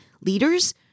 leaders